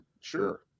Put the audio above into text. Sure